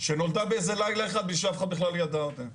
שנולדה באיזה לילה אחד בלי שאף אחד בכלל ידע עליה.